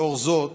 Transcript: לאור זאת,